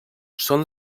són